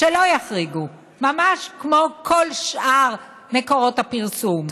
שלא יחריגו, ממש כמו כל שאר מקורות הפרסום.